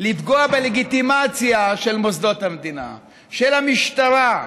לפגוע בלגיטימציה של מוסדות המדינה, של המשטרה,